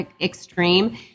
extreme